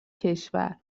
کشور